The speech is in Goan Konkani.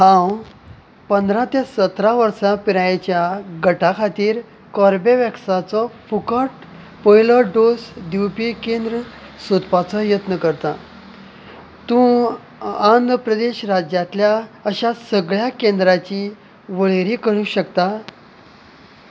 हांव पंदरा ते सतरा वर्सां पिरायेच्या गटा खातीर कोर्बेवॅक्साचो फुकट पयलो डोस दिवपी केंद्र सोदपाचो यत्न करतां तूं आंध्र प्रदेश राज्यांतल्या अशा सगळ्या केंद्रांची वळेरी करूंक शकता